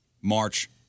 March